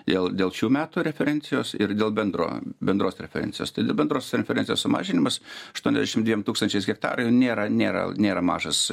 dėl dėl šių metų referencijos ir dėl bendro bendros referencijos tai bendros referencijos sumažinimas aštuoniasdešim dviem tūkstančiais hektarų nėra nėra nėra mažas